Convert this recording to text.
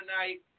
tonight